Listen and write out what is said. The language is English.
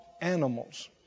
animals